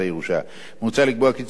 מוצע לקבוע כי צווי ירושה יינתנו,